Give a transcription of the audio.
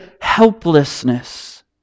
helplessness